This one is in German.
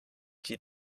die